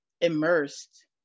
immersed